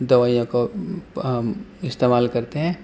دوائیوں کو ہم استعمال کرتے ہیں